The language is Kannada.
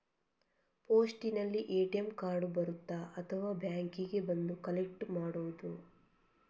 ಪೋಸ್ಟಿನಲ್ಲಿ ಎ.ಟಿ.ಎಂ ಕಾರ್ಡ್ ಬರುತ್ತಾ ಅಥವಾ ಬ್ಯಾಂಕಿಗೆ ಬಂದು ಕಲೆಕ್ಟ್ ಮಾಡುವುದು?